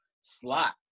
slot